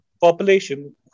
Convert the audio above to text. population